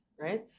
right